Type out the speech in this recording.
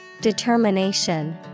Determination